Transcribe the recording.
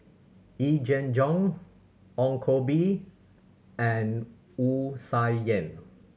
Yee Jenn Jong Ong Koh Bee and Wu Tsai Yen